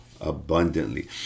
abundantly